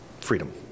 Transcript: freedom